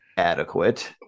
Adequate